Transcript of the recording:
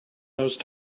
those